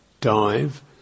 dive